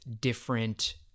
different